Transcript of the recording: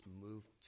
moved